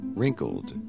wrinkled